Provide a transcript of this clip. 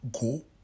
Go